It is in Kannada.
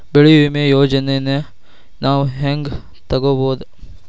ಬೆಳಿ ವಿಮೆ ಯೋಜನೆನ ನಾವ್ ಹೆಂಗ್ ತೊಗೊಬೋದ್?